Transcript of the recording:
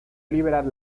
liberar